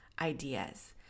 ideas